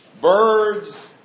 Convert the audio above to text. birds